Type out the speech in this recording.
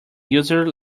user